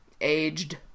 aged